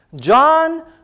John